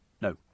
No